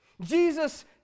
Jesus